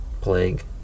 plague